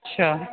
اچھا